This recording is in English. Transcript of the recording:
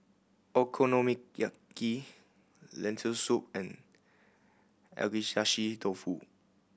Okonomiyaki Lentil Soup and Agedashi Dofu